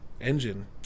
engine